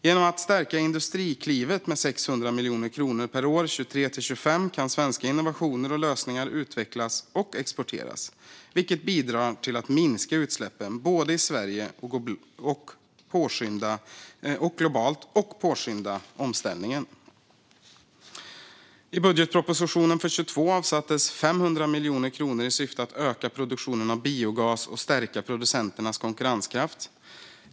Genom att stärka Industriklivet med 600 miljoner kronor per år 2023-2025 kan svenska innovationer och lösningar utvecklas och exporteras, vilket bidrar till att minska utsläppen både i Sverige och globalt och påskynda omställningen. I budgetpropositionen för 2022 avsattes 500 miljoner kronor i syfte att öka produktionen av biogas och stärka producenternas konkurrenskraft.